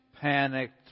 panicked